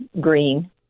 green